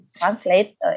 translate